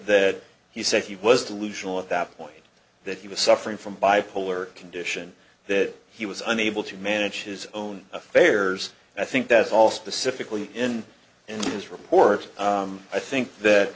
that he said he was delusional at that point that he was suffering from bipolar condition that he was unable to manage his own affairs and i think that's all specifically in his report i think that